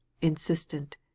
insistent